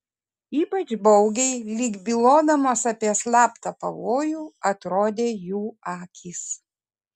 ypač baugiai lyg bylodamos apie slaptą pavojų atrodė jų akys